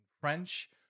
French